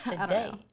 today